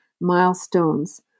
milestones